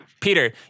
Peter